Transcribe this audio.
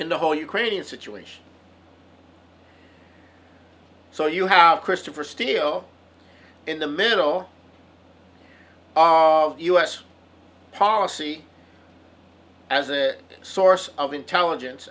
in the whole ukrainian situation so you have christopher steele in the middle of u s policy as a source of intelligence